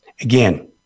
again